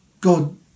God